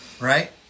Right